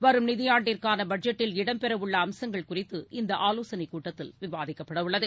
வரும் நிதியாண்டிற்கான பட்ஜெட்டில் இடம்பெறவுள்ள அம்சங்கள் குறித்து இந்த ஆலோசனை கூட்டங்களில் விவாதிக்கப்படவுள்ளன